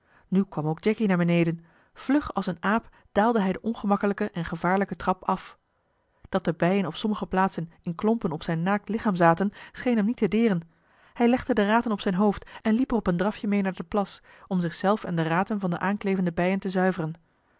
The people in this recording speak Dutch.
nu kwam ook jacky naar beneden vlug als een aap daalde hij de ongemakkelijke en gevaarlijke trap af dat de bijen op sommige plaatsen in klompen op zijn naakt lichaam zaten scheen hem niet te deren hij legde de raten op zijn hoofd en liep er op een drafje mee naar den plas om zich zelf en de raten van de aanklevende bijen te zuiveren